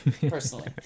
personally